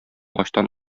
ачтан